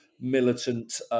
militant